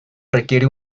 requiere